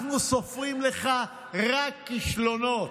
אנחנו סופרים לך רק כישלונות.